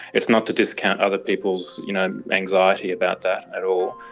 it's not to discount other people's you know anxiety about that at all,